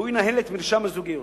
והוא ינהל את מרשם הזוגיות.